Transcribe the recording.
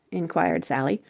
inquired sally,